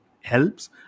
helps